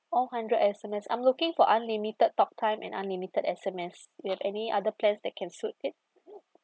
oh hundred S_M_S I'm looking for unlimited talk time and unlimited S_M_S you have any other plans that can suit it